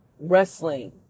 wrestling